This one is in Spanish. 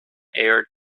air